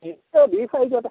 ബീഫായിക്കോട്ടേ